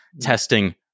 testing